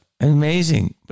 Amazing